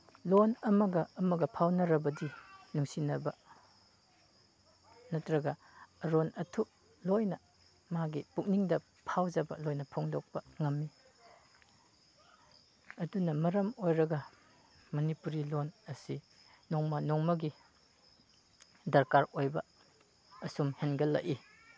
ꯂꯣꯟ ꯑꯃꯒ ꯑꯃꯒ ꯐꯥꯎꯅꯔꯕꯗꯤ ꯅꯨꯡꯁꯤꯅꯕ ꯅꯠꯇ꯭ꯔꯒ ꯑꯔꯣꯟ ꯑꯊꯨꯞ ꯂꯣꯏꯅ ꯃꯥꯒꯤ ꯄꯨꯛꯅꯤꯡꯗ ꯐꯥꯎꯖꯕ ꯂꯣꯏꯅ ꯐꯣꯡꯗꯣꯛꯄ ꯉꯝꯃꯤ ꯑꯗꯨꯅ ꯃꯔꯝ ꯑꯣꯏꯔꯒ ꯃꯅꯤꯄꯨꯔꯤ ꯂꯣꯟ ꯑꯁꯤ ꯅꯣꯡꯃ ꯅꯣꯡꯃꯒꯤ ꯗꯔꯀꯥꯔ ꯑꯣꯏꯕ ꯑꯁꯨꯝ ꯍꯦꯟꯒꯠꯂꯛꯏ